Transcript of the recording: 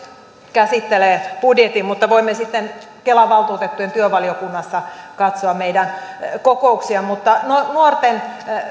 käsittelee budjetin mutta voimme sitten kelan valtuutettujen työvaliokunnassa katsoa meidän kokouksia mutta nuorten